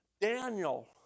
Daniel